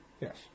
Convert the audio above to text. Yes